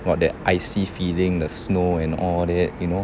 got that icy feeling the snow and all that you know